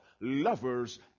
lovers